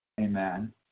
Amen